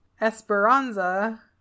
Esperanza